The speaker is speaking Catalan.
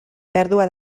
pèrdua